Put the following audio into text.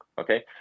okay